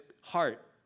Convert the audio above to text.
heart